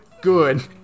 good